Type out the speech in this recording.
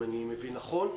אם אני מבין נכון.